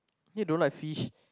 then you don't like fish